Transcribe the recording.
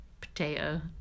potato